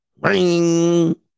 ring